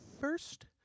first